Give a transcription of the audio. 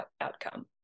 outcome